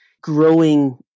growing